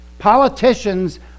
politicians